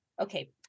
Okay